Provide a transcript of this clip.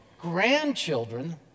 grandchildren